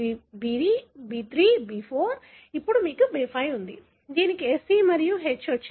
ఇది B ఇది B3 ఇది B4 మరియు అప్పుడు మీకు B5 ఉంది దీనికి S E మరియు H